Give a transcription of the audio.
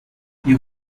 you